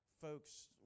Folks